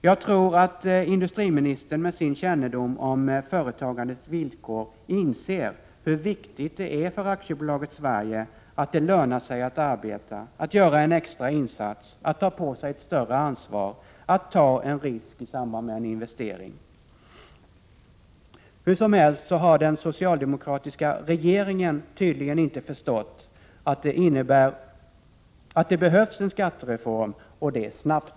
Jag tror att industriministern, med sin kännedom om företagandets villkor, inser hur viktigt det är för AB Sverige att det lönar sig att arbeta, att göra en extra insats, att ta på sig ett större ansvar, att ta en risk i samband med en investering. Hur som helst så har den socialdemokratiska regeringen tydligen inte förstått att det behövs en skattereform, och det snabbt.